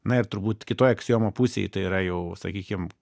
na ir turbūt kitoj aksiomo pusėj tai yra jau sakykim